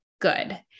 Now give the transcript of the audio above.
good